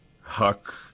Huck